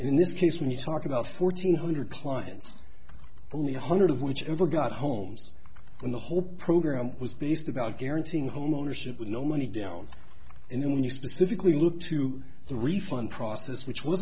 in this case when you talk about fourteen hundred clients only one hundred of which ever got homes in the whole program was based about guaranteeing homeownership with no money down and then when you specifically look to the refund process which w